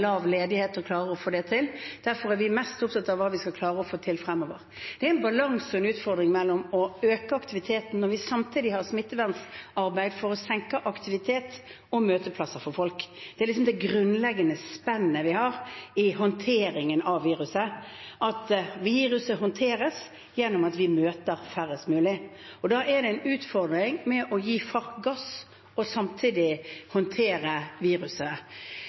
lav ledighet, og at vi klarer å få det til. Derfor er vi mest opptatt av hva vi skal klare å få til fremover. Det er en utfordring å få til en balanse mellom å øke aktiviteten og samtidig ha smittevernarbeid for å senke aktivitet og redusere møteplassene for folk. Det er det grunnleggende spennet vi har når det gjelder håndteringen av viruset: Viruset håndteres gjennom at vi møter færrest mulig. Da er det en utfordring å gi gass og samtidig håndtere viruset.